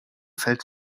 feld